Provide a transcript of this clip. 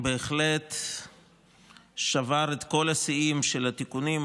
בהחלט שבר את כל השיאים של התיקונים.